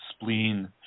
spleen